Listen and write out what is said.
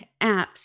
apps